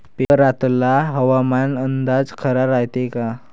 पेपरातला हवामान अंदाज खरा रायते का?